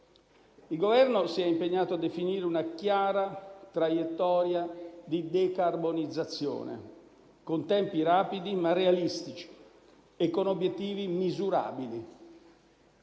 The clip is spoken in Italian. Il Governo si è impegnato a definire una chiara traiettoria di decarbonizzazione, con tempi rapidi ma realistici e con obiettivi misurabili.